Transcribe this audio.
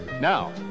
Now